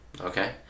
Okay